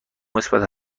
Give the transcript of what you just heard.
مثبت